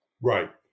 right